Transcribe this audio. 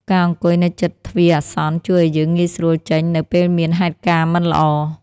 ការអង្គុយនៅជិតទ្វារអាសន្ន ជួយឱ្យយើងងាយស្រួលចេញនៅពេលមានហេតុការណ៍មិនល្អ ។